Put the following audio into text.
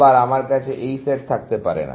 আবার আমার কাছে এই সেট থাকতে পারে না